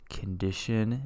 condition